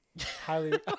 Highly